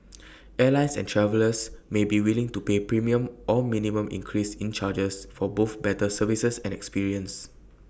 airlines and travellers may be willing to pay premium or minimum increase in charges for both better services and experience